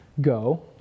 go